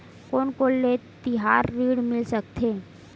कोन कोन ले तिहार ऋण मिल सकथे?